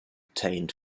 obtained